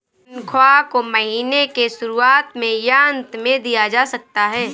तन्ख्वाह को महीने के शुरुआत में या अन्त में दिया जा सकता है